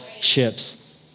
ships